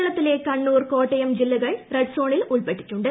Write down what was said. കേരളത്തിലെ കണ്ണൂർ കോട്ടയം ജില്ലകൾ റെഡ്സോണിൽ ഉൾപ്പെട്ടിട്ടുണ്ട്